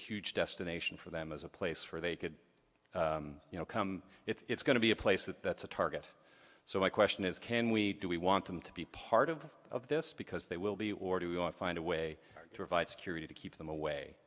huge destination for them as a place where they could you know come it's going to be a place that that's a target so my question is can we do we want them to be part of of this because they will be or do we want to find a way to invite security to keep them away